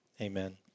amen